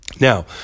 Now